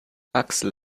axel